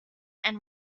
and